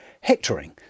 Hectoring